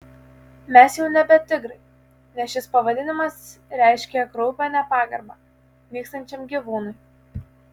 mes jau nebe tigrai nes šis pavadinimas reiškia kraupią nepagarbą nykstančiam gyvūnui